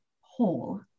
whole